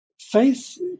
faith